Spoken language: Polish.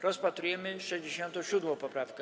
Rozpatrujemy 67. poprawkę.